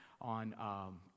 on